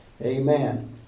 Amen